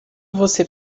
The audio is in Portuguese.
você